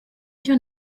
icyo